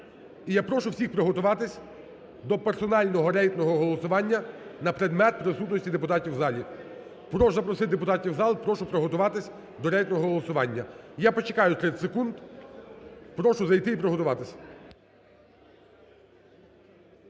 І я прошу усіх приготуватися до персонального рейтингового голосування на предмет присутності депутатів у залі. Прошу запросити депутатів у зал і прошу приготуватись до рейтингового голосування. Я почекаю 30 секунд. Прошу зайти і приготуватись.